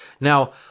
Now